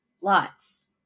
lots